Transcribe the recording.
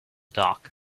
dock